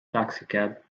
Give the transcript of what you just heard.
taxicab